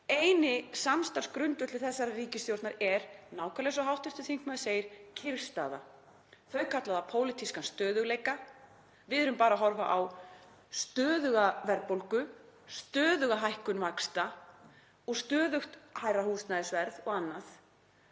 Eini samstarfsgrundvöllur þessarar ríkisstjórnar er nákvæmlega eins og hv. þingmaður segir, kyrrstaða. Þau kalla það pólitískan stöðugleika. Við erum bara að horfa á stöðuga verðbólgu, stöðuga hækkun vaxta, stöðugt hærra húsnæðisverð og annað.